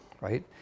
right